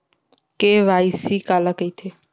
KYC काला कइथे?